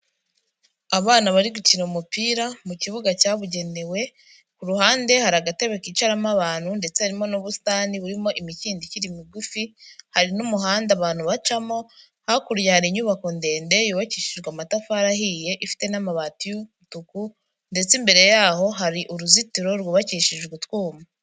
Abana bari gukina umupira mu kibuga cyabugenewe, ku ruhande hari agatebe kicaramo abantu ndetse harimo n'ubusitani burimo imikindo ikiri migufi, hari n'umuhanda abantu bacamo, hakurya hari inyubako ndende yubakishijwe amatafari ahiye ifite n'amabati y'umutuku, ndetse imbere y'aho hari uruzitiro rwubakishijwe utwuma.